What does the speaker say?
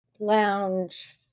lounge